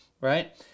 right